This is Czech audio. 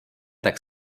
tak